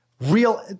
real